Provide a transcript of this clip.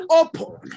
open